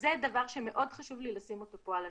וזה דבר שמאוד חשוב לי לשים אותו פה על השולחן,